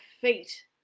feet